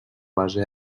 base